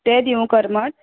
ते दिंवू करमट